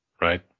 right